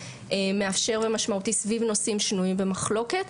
מאפשר ומשמעותי סביב נושאים שנויים במחלוקת,